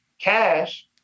cash